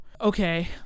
okay